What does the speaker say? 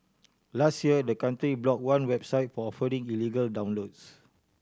last year the country block one website for offering illegal downloads